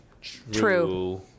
True